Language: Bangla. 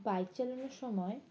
বাইক চালানোর সময়